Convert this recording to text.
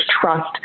trust